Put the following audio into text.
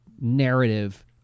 narrative